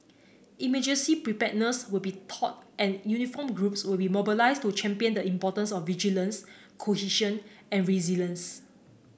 emergency preparedness will be taught and uniformed groups will be mobilised to champion the importance of vigilance cohesion and resilience